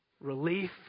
Relief